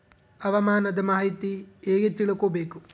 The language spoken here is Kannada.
ಹವಾಮಾನದ ಮಾಹಿತಿ ಹೇಗೆ ತಿಳಕೊಬೇಕು?